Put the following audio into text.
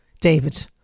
David